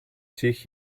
sich